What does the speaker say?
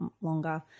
longer